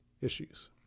issues